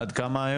עד כמה היום?